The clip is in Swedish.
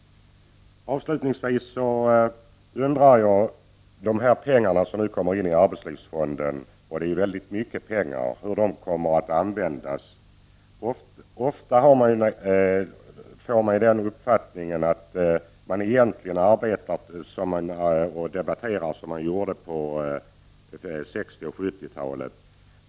Avslutningsvis undrar jag hur de pengar som kommer in i Arbetslivsfonden kommer att användas — det är ju väldigt mycket pengar. Ofta får man uppfattningen att vi egentligen arbetar som på 60 och 70-talet.